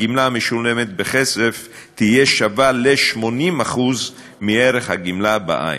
הגמלה המשולמת בכסף תהיה שווה ל-80% מערך הגמלה בעין,